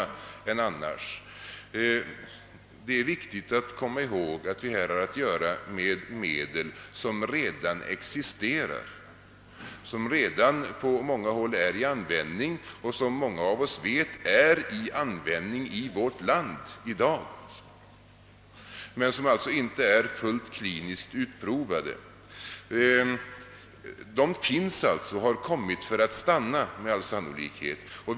Det är nämligen viktigt att komma ihåg att vi här har att göra med medel som redan existerar, som faktiskt är i användning i vårt land men som inte är fullt kliniskt utprovade. De finns alltså, och de har med all sannolikhet kommit för att stanna.